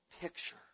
picture